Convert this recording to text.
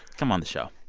come on the show.